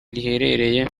riherereye